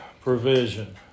provision